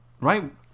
right